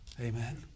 Amen